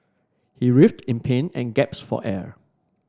he writhed in pain and gasped for air